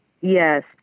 Yes